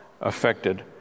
affected